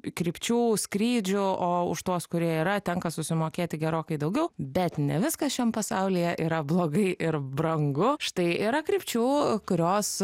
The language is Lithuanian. krypčių skrydžių o už tuos kurie yra tenka susimokėti gerokai daugiau bet ne viskas šiam pasaulyje yra blogai ir brangu štai yra krypčių kurios